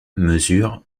mesure